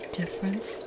difference